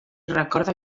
recorda